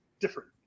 different